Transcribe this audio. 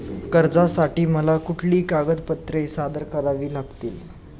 कर्जासाठी मला कुठली कागदपत्रे सादर करावी लागतील?